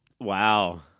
wow